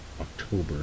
October